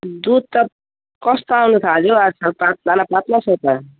दुध त कस्तो आउनु थाल्यो हौ आजकल पातलो न पातलो छ त